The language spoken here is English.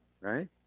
Right